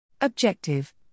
Objective